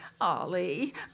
Ollie